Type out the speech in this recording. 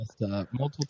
multiple